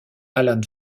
alan